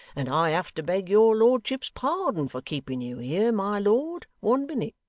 and i have to beg your lordship's pardon for keeping you here, my lord, one minute